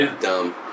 dumb